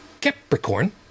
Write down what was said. Capricorn